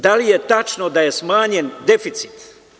Da li je tačno da je smanjen deficit?